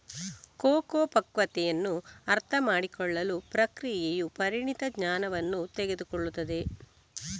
cocoa ಪಕ್ವತೆಯನ್ನು ಅರ್ಥಮಾಡಿಕೊಳ್ಳಲು ಪ್ರಕ್ರಿಯೆಯು ಪರಿಣಿತ ಜ್ಞಾನವನ್ನು ತೆಗೆದುಕೊಳ್ಳುತ್ತದೆ